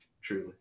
truly